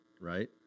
Right